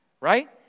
right